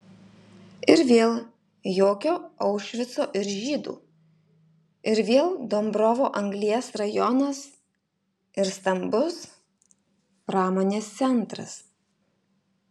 ir vėl jokio aušvico ir žydų ir vėl dombrovo anglies rajonas ir stambus pramonės centras